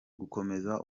gukomeza